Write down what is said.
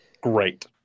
great